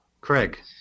Craig